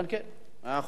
כן, כן, מאה אחוז.